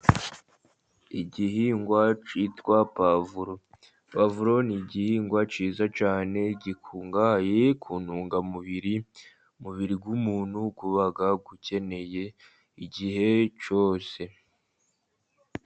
Igihingwa cyitwa puwavuro, puwavuro ni igihingwa cyiza cyane, gikungahaye ku ntungamubiri, umubiri w'umuntu uba ukeneye igihe cyose.